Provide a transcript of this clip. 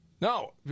No